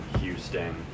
Houston